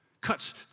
Cuts